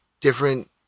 different